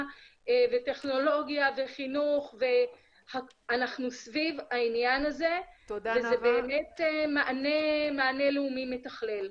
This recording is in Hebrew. וטכנולוגיה וחינוך ואנחנו סביב העניין הזה וזה באמת מענה לאומי מתכלל.